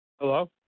Hello